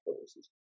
purposes